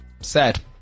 Sad